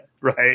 Right